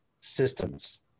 systems